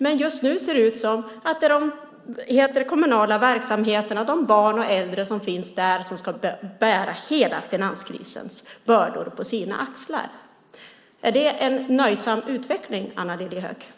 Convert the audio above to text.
Men just nu ser det ut som att det är de kommunala verksamheterna och de barn och äldre som finns där som ska bära hela finanskrisens bördor på sina axlar. Är det en nöjsam utveckling, Anna Lilliehöök?